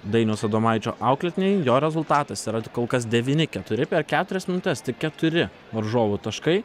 dainiaus adomaičio auklėtiniai jo rezultatas yra kol kas devyni keturi per keturias minutes tik keturi varžovų taškai